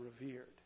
revered